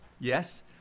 Yes